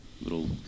little